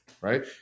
Right